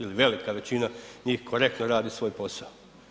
Ili velika većina njih korektno radi svoj posao.